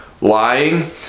lying